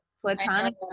platonic